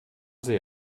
see